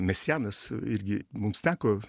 mesianas irgi mums teko